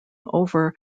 over